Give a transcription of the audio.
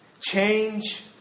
Change